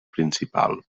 principal